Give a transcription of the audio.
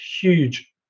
huge